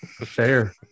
Fair